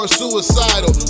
suicidal